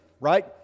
right